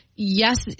Yes